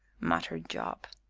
muttered job.